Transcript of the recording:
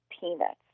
peanuts